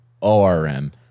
ORM